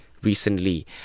recently